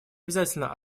обязательно